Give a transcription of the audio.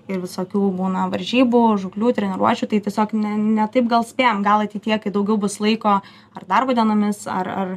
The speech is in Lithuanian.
ir visokių būna varžybų žūklių treniruočių tai tiesiog ne ne taip gal spėjam gal ateityje kai daugiau bus laiko ar darbo dienomis ar ar